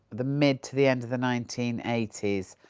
the mid to the end of the nineteen eighty s.